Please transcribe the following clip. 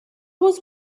was